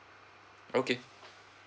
okay